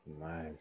nice